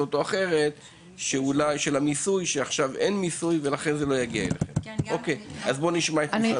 או אחר שקיבלתם באמצעות המיסוי שעכשיו הופסק ולכן לא ימשיך להגיע אליכם.